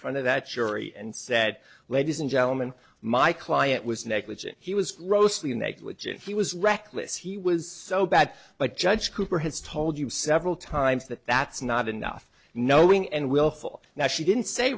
front of that jury and said ladies and gentlemen my client was negligent he was rowsley negligent he was reckless he was so bad but judge cooper has told you several times that that's not enough knowing and willful now she didn't say